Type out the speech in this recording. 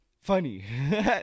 Funny